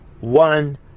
one